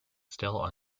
still